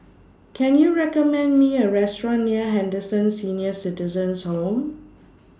Can YOU recommend Me A Restaurant near Henderson Senior Citizens' Home